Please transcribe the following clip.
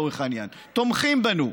ולצורך העניין תומכים בנו,